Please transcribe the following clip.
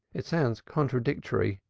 it sounds contradictory,